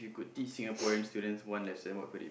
if you could teach Singaporean students one lesson what could